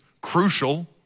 crucial